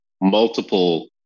multiple